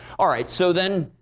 all right, so then